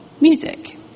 Music